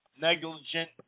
negligent